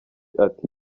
ati